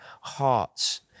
hearts